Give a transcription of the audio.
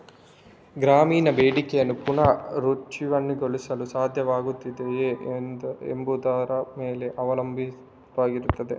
ಗ್ರಾಮೀಣ ಬೇಡಿಕೆಯನ್ನು ಪುನರುಜ್ಜೀವನಗೊಳಿಸಲು ಸಾಧ್ಯವಾಗುತ್ತದೆಯೇ ಎಂಬುದರ ಮೇಲೆ ಅವಲಂಬಿತವಾಗಿರುತ್ತದೆ